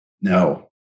No